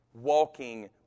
walking